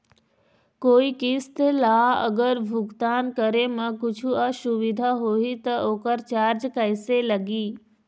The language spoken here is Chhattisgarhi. कोई किस्त ला अगर भुगतान करे म कुछू असुविधा होही त ओकर चार्ज कैसे लगी?